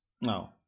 No